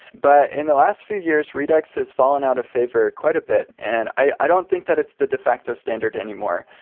but in the last few years, redux has fallen out of favor quite a bit and i don't think that it's the de facto standard anymore.